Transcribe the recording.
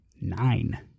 nine